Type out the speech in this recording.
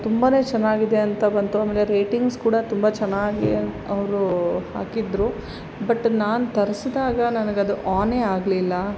ತುಂಬ ಚೆನ್ನಾಗಿದೆ ಅಂತ ಬಂತು ಆಮೇಲೆ ರೇಟಿಂಗ್ಸ್ ಕೂಡ ತುಂಬ ಚೆನ್ನಾಗಿಯೇ ಅವರು ಹಾಕಿದ್ದರು ಬಟ್ ನಾನು ತರ್ಸಿದಾಗ ನನಗದು ಆನೇ ಆಗಲಿಲ್ಲ